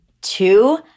two